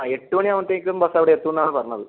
ആ എട്ട് മണി ആകുമ്പോഴത്തേക്കും ബസ് അവിടെ എത്തും എന്നാണ് പറഞ്ഞത്